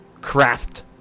craft